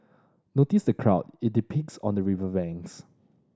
notice the crowd it depicts on the river banks